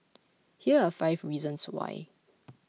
here are five reasons why